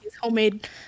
homemade